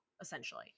essentially